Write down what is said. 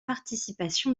participation